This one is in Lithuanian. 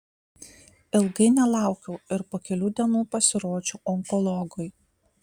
ilgai nelaukiau ir po kelių dienų pasirodžiau onkologui